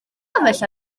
ystafell